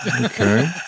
okay